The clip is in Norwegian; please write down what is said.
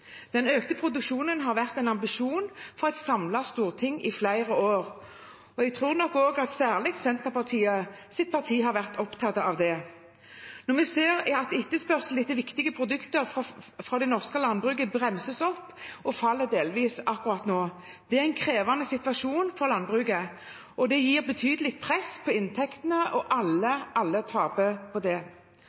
Den økte produksjonen har vært en ambisjon for et samlet storting i flere år, og jeg tror nok særlig Senterpartiet har vært opptatt av det. Vi ser at etterspørselen etter viktige produkter fra det norske jordbruket bremser opp og delvis faller akkurat nå. Det er en krevende situasjon for landbruket. Det gir et betydelig press på inntektene, og alle taper på det.